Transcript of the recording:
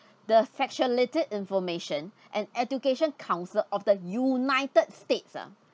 the sexuality information and education counsellor of the united states ah